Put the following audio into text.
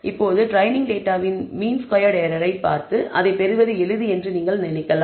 இப்போது ட்ரெய்னிங் டேட்டாவின் mean squared error ஐ பார்த்து அதைப் பெறுவது எளிது என்று நீங்கள் நினைக்கலாம்